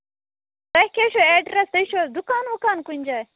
تۄہہِ کیٛاہ چھُو ایڈرٮ۪س تُہۍ چھِو حظ دُکان وُکان کُنہِ کُنہِ جایہِ